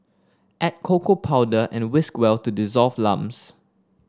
add cocoa powder and whisk well to dissolve lumps